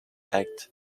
act